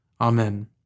Amen